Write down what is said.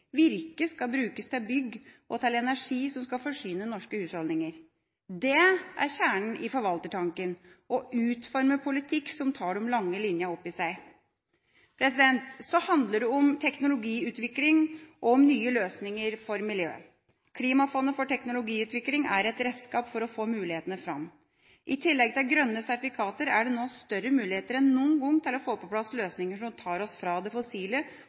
Virket skal brukes til bygg og til energi som skal forsyne norske husholdninger. Det er kjernen i forvaltertanken å utforme politikk som tar de lange linjene opp i seg! Så handler det om teknologiutvikling og nye løsninger for miljøet. Klimafondet for teknologiutvikling er et redskap for å få mulighetene fram. I tillegg til grønne sertifikater er det nå større muligheter enn noen gang til å få på plass løsninger som tar oss fra det